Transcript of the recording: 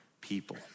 people